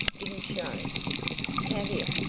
didn't show tavia!